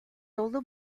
older